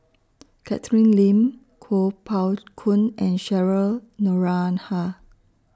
Catherine Lim Kuo Pao Kun and Cheryl Noronha